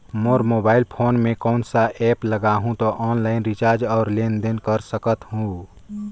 मोर mobile phone मे कोन सा एप्प लगा हूं तो ऑनलाइन रिचार्ज और लेन देन कर सकत हू?